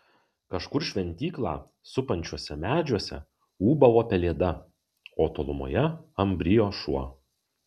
kažkur šventyklą supančiuose medžiuose ūbavo pelėda o tolumoje ambrijo šuo